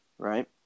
Right